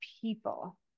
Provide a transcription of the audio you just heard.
people